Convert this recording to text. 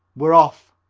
we're off!